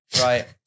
Right